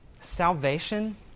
Salvation